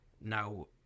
Now